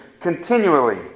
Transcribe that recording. continually